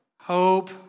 Hope